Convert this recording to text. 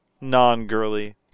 non-girly